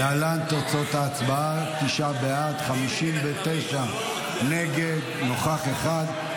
להלן תוצאות ההצבעה, תשעה בעד, 59 נגד, נוכח אחד.